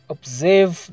Observe